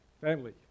family